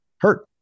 hurt